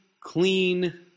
clean